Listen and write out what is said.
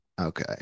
okay